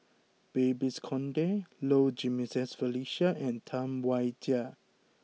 Babes Conde Low Jimenez Felicia and Tam Wai Jia